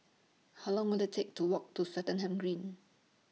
How Long Will IT Take to Walk to Swettenham Green